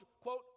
quote